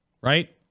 right